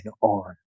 on